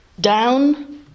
down